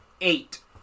Eight